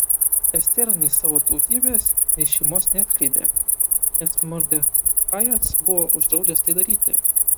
estera nei savo tautybės nei šeimos neatskleidė nes mordechajas buvo uždraudęs tai daryti